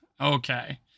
Okay